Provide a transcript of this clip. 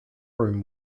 room